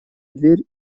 дверь